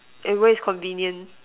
and where is convenient